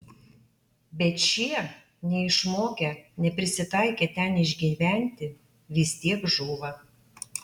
bet šie neišmokę neprisitaikę ten išgyventi vis tiek žūva